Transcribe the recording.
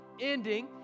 ending